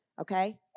Okay